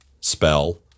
spell